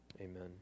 Amen